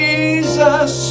Jesus